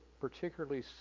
particularly